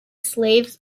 slaves